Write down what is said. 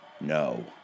No